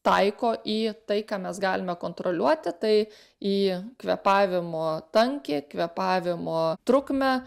taiko į tai ką mes galime kontroliuoti tai į kvėpavimo tankį kvėpavimo trukmę